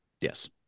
yes